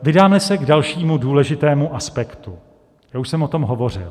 Vydáme se k dalšímu důležitému aspektu, já už jsem o tom hovořil.